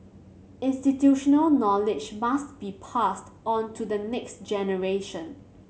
institutional knowledge must be passed on to the next generation